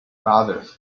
others